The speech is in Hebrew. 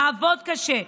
נעבוד קשה,